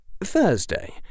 Thursday